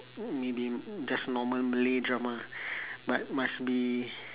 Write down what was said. maybe just normal malay drama but must be